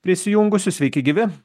prisijungusiu sveiki gyvi